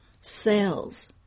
Cells